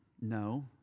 No